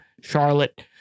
Charlotte